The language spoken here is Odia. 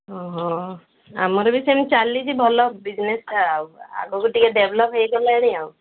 ଓ ହଁ ଆମର ବି ସେମିତି ଚାଲିଛି ଭଲ ବିଜନେସ୍ଟା ଆଉ ଆଗକୁ ଟିକେ ଡେଭଲପ୍ ହୋଇଗଲାଣି ଆଉ